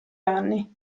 anni